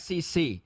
SEC